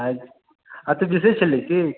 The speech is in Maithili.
आइ अति बिशेष छलै की